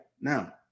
Now